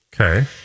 Okay